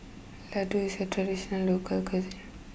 Laddu is a traditional local cuisine